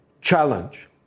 challenge